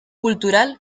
cultural